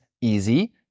easy